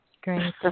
great